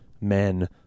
men